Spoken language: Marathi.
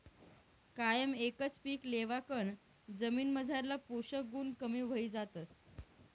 कायम एकच पीक लेवाकन जमीनमझारला पोषक गुण कमी व्हयी जातस